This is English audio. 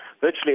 virtually